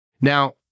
Now